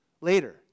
later